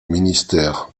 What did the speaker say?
ministère